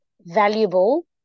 valuable